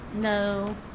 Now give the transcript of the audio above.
No